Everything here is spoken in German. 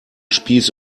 spieß